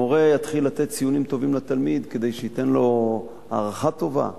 מורה יתחיל לתת ציונים טובים לתלמיד כדי שייתן לו הערכה טובה?